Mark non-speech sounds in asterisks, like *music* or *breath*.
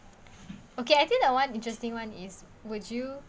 *breath* okay I think the one interesting one is would you